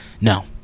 No